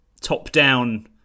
top-down